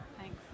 Thanks